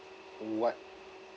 what